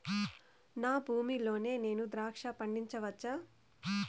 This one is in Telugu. నా భూమి లో నేను ద్రాక్ష పండించవచ్చా?